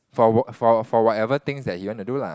for wh~ for for whatever things that he wanna do lah